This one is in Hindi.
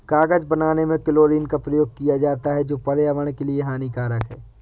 कागज बनाने में क्लोरीन का प्रयोग किया जाता है जो पर्यावरण के लिए हानिकारक है